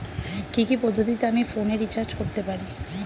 কি কি পদ্ধতিতে আমি ফোনে রিচার্জ করতে পারি?